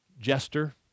jester